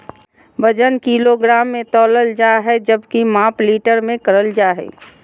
वजन किलोग्राम मे तौलल जा हय जबकि माप लीटर मे करल जा हय